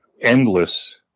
endless